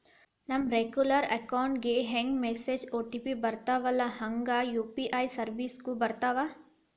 ನಮ regular account ಗೆ ಹೆಂಗ ಮೆಸೇಜ್ ಒ.ಟಿ.ಪಿ ಬರ್ತ್ತವಲ್ಲ ಹಂಗ ಯು.ಪಿ.ಐ ಸೆರ್ವಿಸ್ಗು ಬರ್ತಾವ